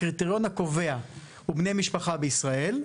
הקריטריון הקובע הוא בני משפחה בישראל,